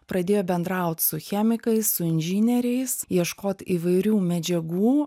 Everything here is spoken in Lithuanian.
pradėjo bendraut su chemikais su inžinieriais ieškot įvairių medžiagų